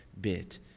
bit